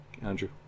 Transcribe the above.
Andrew